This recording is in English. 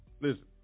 listen